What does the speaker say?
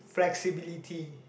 flexibility